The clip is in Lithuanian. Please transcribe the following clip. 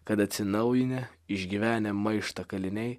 kad atsinaujinę išgyvenę maištą kaliniai